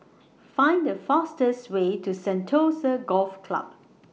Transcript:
Find The fastest Way to Sentosa Golf Club